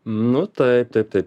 nu taip taip taip